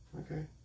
Okay